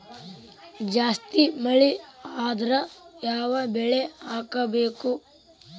ಜಾಸ್ತಿ ಮಳಿ ಆದ್ರ ಯಾವ ಬೆಳಿ ಹಾಕಬೇಕು?